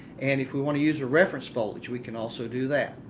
and if we want to use a reference voltage, we can also do that.